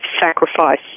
sacrifice